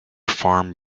farm